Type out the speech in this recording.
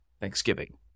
Thanksgiving